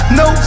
no